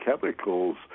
chemicals